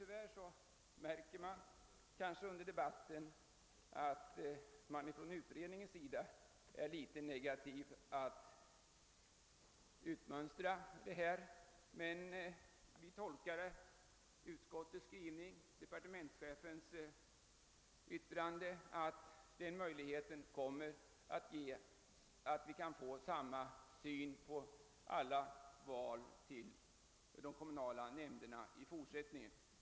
Tyvärr märker man under debatten att utredningens ledamöter ställt sig litet negativa till att utmönstra dessa saker, men vi tolkar utskottets skrivning och departementschefens yttrande så att det skall anläggas samma syn på alla val till de kommunala nämnderna i fortsättningen.